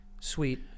sweet